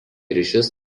ryšius